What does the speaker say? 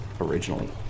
originally